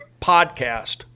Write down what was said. podcast